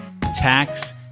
tax